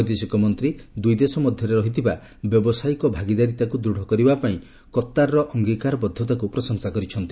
ବୈଦେଶିକ ମନ୍ତ୍ରୀ ଦୁଇଦେଶ ମଧ୍ୟରେ ରହିଥିବା ବ୍ୟବସାୟିକ ଭାଗିଦାରିତାକୁ ଦୂଢ଼ କରିବା ପାଇଁ କତ୍ତାରର ଅଙ୍ଗୀକାରବଦ୍ଧତାକୁ ପ୍ରଶଂସା କରିଛନ୍ତି